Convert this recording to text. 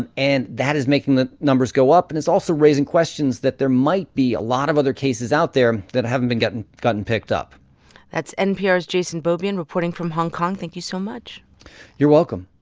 and and that is making the numbers go up and is also raising questions that there might be a lot of other cases out there that haven't been gotten gotten picked up that's npr's jason beaubien reporting from hong kong thank you so much you're welcome